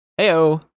Heyo